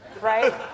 Right